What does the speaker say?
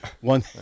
One